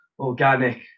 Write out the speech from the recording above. organic